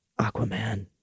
Aquaman